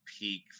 peak